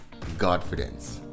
Godfidence